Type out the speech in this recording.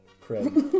Craig